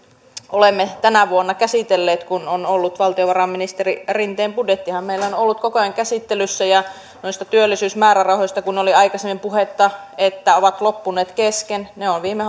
olemme myöskin tänä vuonna käsitelleet kun valtiovarainministeri rinteen budjettihan meillä on ollut koko ajan käsittelyssä ja noista työllisyysmäärärahoista kun oli aikaisemmin puhetta että ovat loppuneet kesken niin ne ovat viime